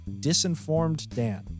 disinformeddan